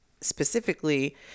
specifically